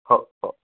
हो हो